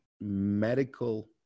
medical –